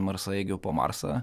marsaeigiu po marsą